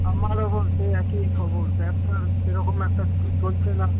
আমারও সেই একই খবর ব্যবসার সেরকম একটা চলছে না